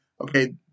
okay